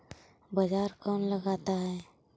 बाजार कौन लगाता है?